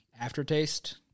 aftertaste